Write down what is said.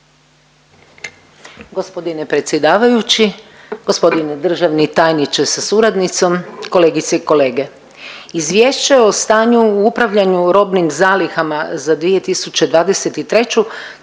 Gospodine predsjedavajući, gospodine državni tajniče sa suradnicom, kolegice i kolege. Izvješće o stanju u upravljanju robnim zalihama za 2023.